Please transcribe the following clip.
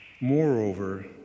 Moreover